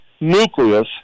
nucleus